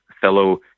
fellow